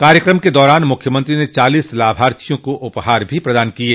कार्यक्रम के दौरान मुख्यमंत्री ने चालीस लाभार्थियों को उपहार भी प्रदान किये